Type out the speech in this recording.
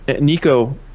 Nico